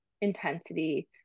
intensity